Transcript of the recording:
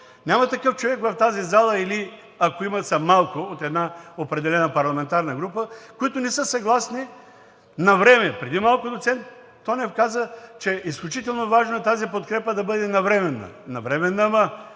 Няма такъв човек в тази зала или ако има, са малко, от една определена парламентарна група, които не са съгласни навреме, преди малко доцент Тонев каза, че изключително важно е тази подкрепа да бъде навременна.